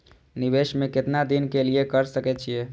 निवेश में केतना दिन के लिए कर सके छीय?